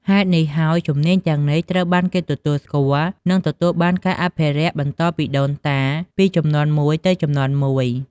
ហេតុនេះហើយ ជំនាញទាំងនេះត្រូវបានគេទទួលស្គាល់ និងទទួលបានការអភិរក្សបន្តពីដូនតាពីជំនាន់មួយទៅជំនាន់មួយ។